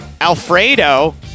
Alfredo